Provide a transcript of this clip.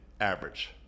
average